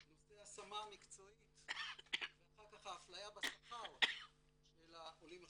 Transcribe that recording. נושא ההשמה המקצועית ואחר כך האפליה בשכר של העולים החדשים,